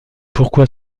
pourquoi